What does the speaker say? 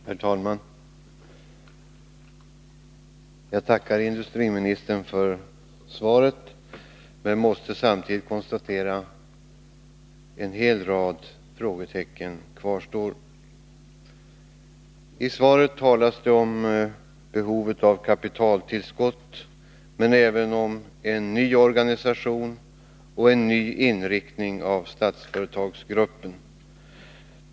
Herr talman! Jag tackar industriministern för svaret, men jag måste samtidigt konstatera att en hel rad frågetecken kvarstår. I svaret talas det om behovet av kapitaltillskott men även om en ny organisation och en ny inriktning av Statsföretagsgruppen.